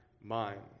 mind